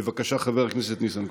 בבקשה, חבר הכנסת ניסנקורן.